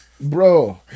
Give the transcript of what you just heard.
bro